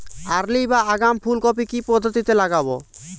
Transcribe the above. Early বা আগাম ফুল কপি কি পদ্ধতিতে লাগাবো?